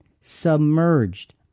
submerged